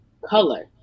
color